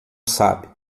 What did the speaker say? sabe